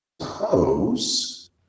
suppose